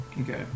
Okay